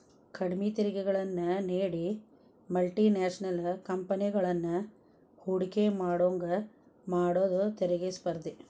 ಕಡ್ಮಿ ತೆರಿಗೆಗಳನ್ನ ನೇಡಿ ಮಲ್ಟಿ ನ್ಯಾಷನಲ್ ಕಂಪೆನಿಗಳನ್ನ ಹೂಡಕಿ ಮಾಡೋಂಗ ಮಾಡುದ ತೆರಿಗಿ ಸ್ಪರ್ಧೆ